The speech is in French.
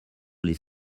les